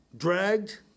Dragged